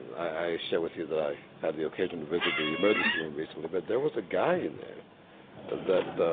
i share with you that i have the occasion to visit the emergency room recently, but there was a guy in there that,